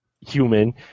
human